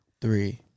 Three